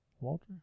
Walter